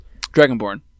dragonborn